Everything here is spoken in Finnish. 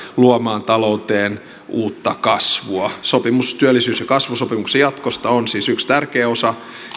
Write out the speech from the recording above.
luomaan talou teen uutta kasvua sopimus työllisyys ja kasvusopimuksen jatkosta on siis yksi tärkeä osa